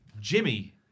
Jimmy